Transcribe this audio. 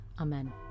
Amen